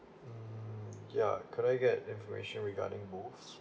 mm ya can I get the information regarding both